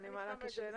אני מעלה כאן שאלה.